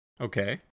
Okay